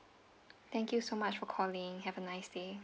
thank you so much for calling have a nice day